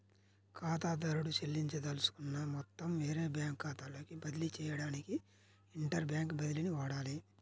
ఖాతాదారుడు చెల్లించదలుచుకున్న మొత్తం వేరే బ్యాంకు ఖాతాలోకి బదిలీ చేయడానికి ఇంటర్ బ్యాంక్ బదిలీని వాడాలి